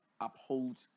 uphold